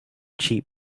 cheap